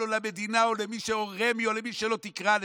או למדינה או לרמ"י או למי שלא תקרא לזה.